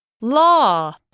law